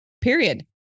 Period